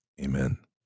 amen